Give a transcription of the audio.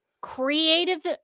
creative